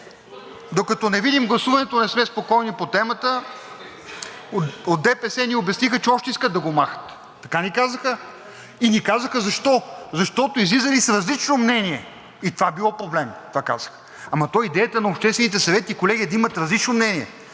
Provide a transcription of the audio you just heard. Докато не видим гласуването, не сме спокойни по темата. От ДПС ни обясниха, че още искат да го махат. Така ни казаха и ни казаха защо. Защото излизали с различно мнение и това било проблем. Това казаха. Ама, то идеята на обществените съвети, колеги, е да имат различно мнение.